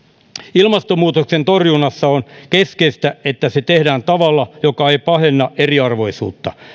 ilmastonmuutoksen torjunnassa on keskeistä että se tehdään tavalla joka ei pahenna eriarvoisuutta